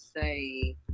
say